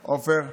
עופר,